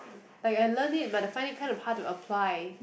like I learn it but I find it kind of hard to apply